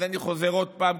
אז אני חוזר עוד פעם,